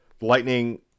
Lightning